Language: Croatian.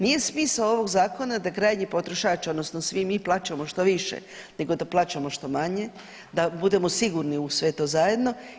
Nije smisao ovog zakona da krajnji potrošač odnosno svi mi plaćamo što više nego plaćamo što manje, da budemo sigurni u sve to zajedno.